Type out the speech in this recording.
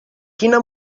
quina